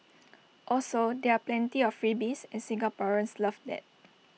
also there are plenty of freebies and Singaporeans love that